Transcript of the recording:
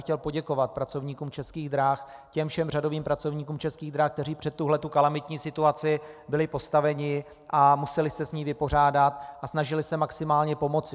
Chtěl bych poděkovat pracovníkům Českých drah, těm všem řadovým pracovníkům Českých drah, kteří před tuto kalamitní situaci byli postaveni a museli se s ní vypořádat a snažili se maximálně pomoci.